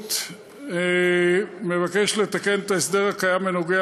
הבוררות מבקשת לתקן את ההסדר הקיים הנוגע